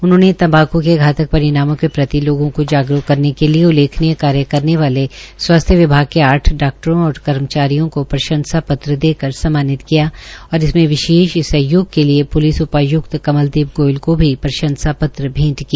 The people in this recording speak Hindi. उनहोंने तम्बाकू के धातक परिणामों के प्रति लोगों को जागरूक करने के लिये उल्लेखनीय कार्य करने वाले स्वास्थ्य विभाग के आठ डाकटरों और कर्मचारियों को प्रंशसापत्र देकर सम्मानित किया और इसमें विशेष सहयोग के लिये पुलिस उपाय्क्त कमलदीप गोयल को भी प्रंशसा पत्र भेंट किया